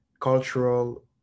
cultural